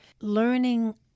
learning